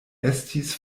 estis